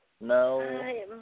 No